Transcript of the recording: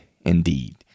indeed